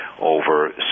over